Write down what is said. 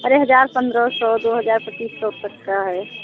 अरे हज़ार पंद्रह सौ दो हज़ार पच्चीस सौ तक का है